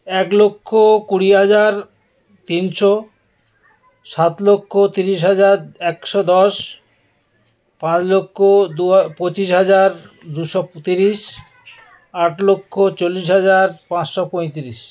এক লক্ষ কুড়ি হাজার তিনশো সাত লক্ষ তিরিশ হাজার একশো দশ পাঁচ লক্ষ দু পঁচিশ হাজার দুশো তিরিশ আট লক্ষ চল্লিশ হাজার পাঁচশো পঁয়তিরিশ